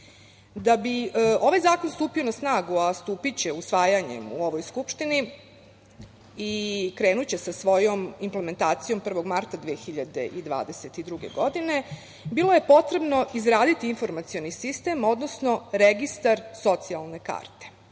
bi ovaj zakon stupio na snagu, a stupiće usvajanjem u ovoj Skupštini i krenuće sa svojom implementacijom 1. marta 2022. godine, bilo je potrebno izgraditi informacioni sistem, odnosno registar socijalne karte.